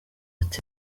ati